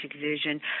vision